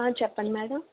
చెప్పండి మ్యాడం